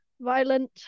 violent